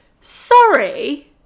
Sorry